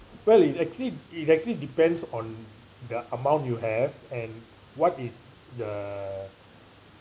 well it actually it actually depends on the amount you have and what is the